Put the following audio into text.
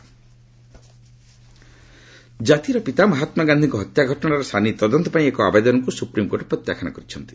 SC Mahatma Gandhi ଜାତିର ପିତା ମହାତ୍ମାଗାନ୍ଧିଙ୍କ ହତ୍ୟା ଘଟଣାର ସାନି ତଦନ୍ତ ପାଇଁ ଏକ ଆବେଦନକୁ ସୁପ୍ରିମ୍କୋର୍ଟ ପ୍ରତ୍ୟାଖ୍ୟାନ କରିଛନ୍ତି